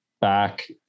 back